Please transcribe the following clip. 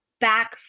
back